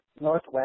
Northwest